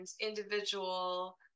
individual